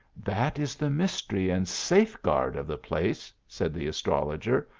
that is the mystery and safeguard of the place, said the astrologer,